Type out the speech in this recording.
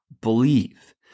believe